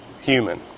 human